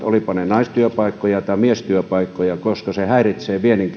olipa ne naistyöpaikkoja tai miestyöpaikkoja koska se häiritsee viennin